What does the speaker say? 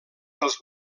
pels